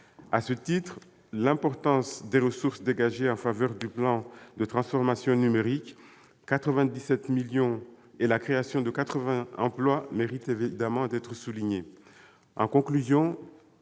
À cet égard, l'importance des ressources dégagées en faveur du plan de transformation numérique- 97 millions d'euros et 80 emplois créés -mérite évidemment d'être soulignée.